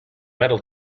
metal